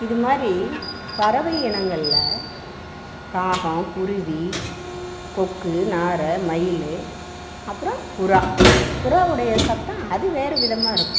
இது மாதிரி பறவை இனங்களில் காகம் குருவி கொக்கு நாரை மயில் அப்புறம் புறா புறாவுடைய சத்தம் அது வேறு விதமாக இருக்கும்